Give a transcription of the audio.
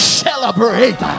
celebrate